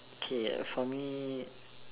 okay for me